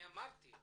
אמרתי,